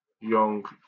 young